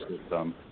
system